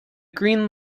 green